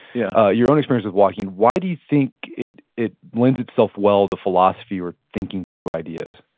yeah your own experience with walking, why do you think it it lends itself well to philosophy or thinking through ideas?